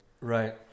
Right